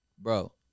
bro